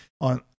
on